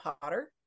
Potter